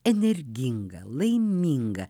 energinga laiminga